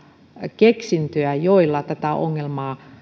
keksintöjä joilla tätä ongelmaa